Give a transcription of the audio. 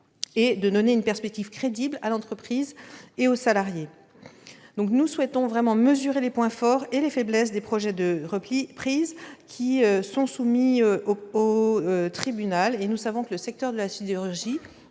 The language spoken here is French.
et de présenter une perspective crédible à l'entreprise et aux salariés. Nous souhaitons vraiment mesurer les points forts et les faiblesses des projets de reprise soumis au tribunal. Nous savons que le secteur de la sidérurgie